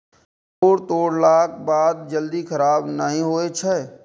परोर तोड़लाक बाद जल्दी खराब नहि होइ छै